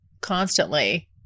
constantly